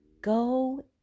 Go